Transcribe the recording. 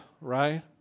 right